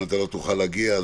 אם לא תוכל להגיע,